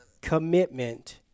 commitment